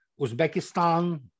Uzbekistan